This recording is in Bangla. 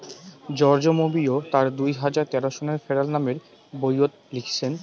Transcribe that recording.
জর্জ মবিয় তার দুই হাজার তেরো সনের ফেরাল নামের বইয়ত লিখিচেন